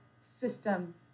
system